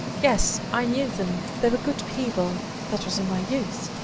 yes, i knew them. they were good people. that was in my youth.